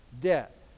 debt